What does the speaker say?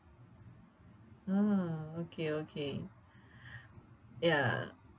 mm okay okay ya